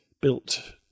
built